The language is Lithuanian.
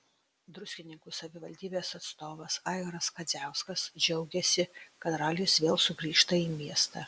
druskininkų savivaldybės atstovas aivaras kadziauskas džiaugėsi kad ralis vėl sugrįžta į miestą